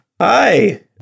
Hi